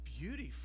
beautiful